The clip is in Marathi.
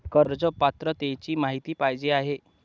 कर्ज पात्रतेची माहिती पाहिजे आहे?